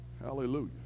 hallelujah